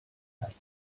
altri